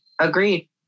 agreed